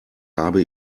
habe